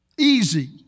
easy